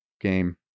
game